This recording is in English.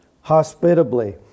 Hospitably